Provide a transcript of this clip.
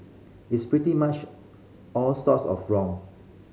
it's pretty much all sorts of wrong